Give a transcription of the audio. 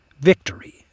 victory